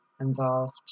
involved